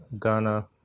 Ghana